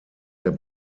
der